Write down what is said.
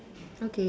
okay